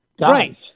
Right